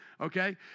okay